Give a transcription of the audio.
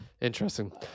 Interesting